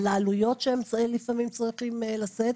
על העלויות שהם צריכים לשאת לפעמים.